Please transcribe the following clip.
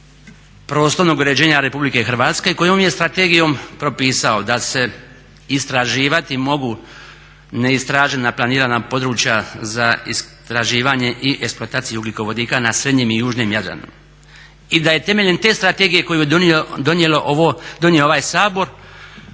prostornog uređenja RH kojom je strategijom propisao da se istraživati mogu neistražena planirana područja za istraživanje i eksploataciju ugljikovodika na srednjem i južnom Jadranu i da je temeljem te strategije koju je donio ovaj Sabor